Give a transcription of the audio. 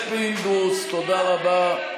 פינדרוס, תודה רבה.